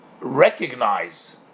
recognize